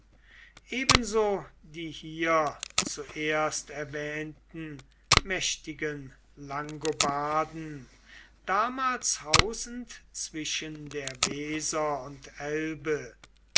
ebenso die hier zuerst erwähnten mächtigen langobarden damals hausend zwischen der weser und elbe